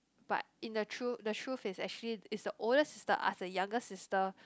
but in a true the truth is actually is the older sister ask the younger sister